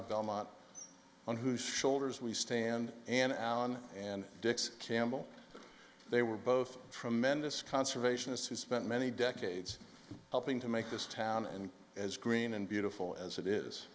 of belmont on whose shoulders we stand and alan and dick's campbell they were both tremendous conservationists who spent many decades helping to make this town in as green and beautiful as it is